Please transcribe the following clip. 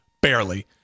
barely